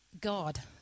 God